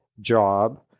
job